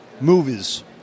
movies